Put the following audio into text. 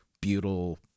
butyl